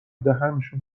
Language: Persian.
دهنشون